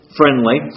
friendly